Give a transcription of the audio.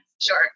sure